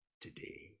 today